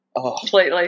completely